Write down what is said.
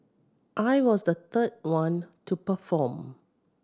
I was the third one to perform